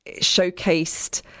showcased